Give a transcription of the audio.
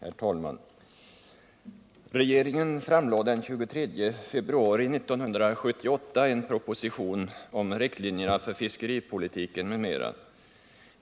Herr talman! Regeringen framlade den 23 februari 1978 en proposition om riktlinjerna för fiskeripolitiken m.m.